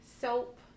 soap